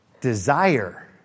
Desire